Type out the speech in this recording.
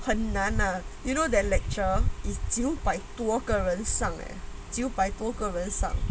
很难得 you know the lecture is 九百多个人的九百多个人上